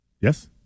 Yes